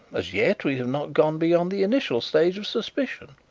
as yet we have not gone beyond the initial stage of suspicion.